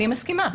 אני מסכימה.